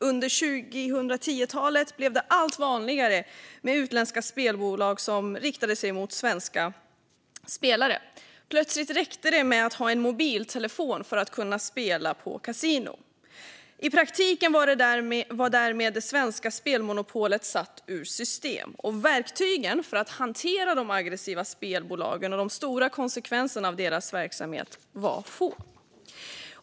Under 2010-talet blev det allt vanligare med utländska spelbolag som riktade sig mot svenska spelare - plötsligt räckte det att ha en mobiltelefon för att kunna spela på kasino. I praktiken var det svenska spelmonopolet därmed satt ur system, och verktygen för att hantera de aggressiva spelbolagen och de stora konsekvenserna av deras verksamhet var få.